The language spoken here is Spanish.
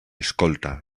escolta